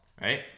Right